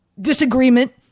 disagreement